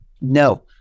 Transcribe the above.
no